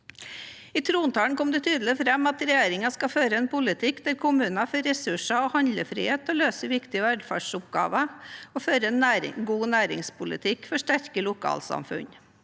I trontalen kom det tydelig fram at regjeringen skal føre en politikk der kommunene får ressurser og handlefrihet til å løse viktige velferdsoppgaver og føre en god næringspolitikk for sterke lokalsamfunn.